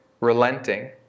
relenting